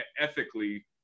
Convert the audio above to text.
ethically